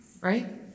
right